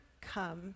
come